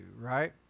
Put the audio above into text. right